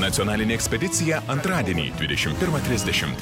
nacionalinė ekspedicija antradienį dvidešimt pirmą trisdešimt